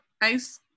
ice